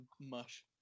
mush